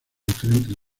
diferentes